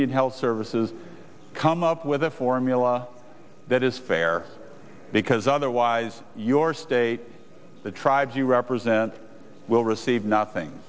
indian health services come up with a formula that is fair because otherwise your state the tribes you represent will receive nothing